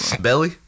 Belly